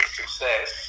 success